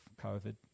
COVID